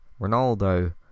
Ronaldo